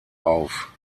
auf